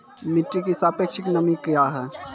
मिटी की सापेक्षिक नमी कया हैं?